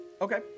Okay